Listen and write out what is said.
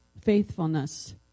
faithfulness